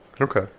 Okay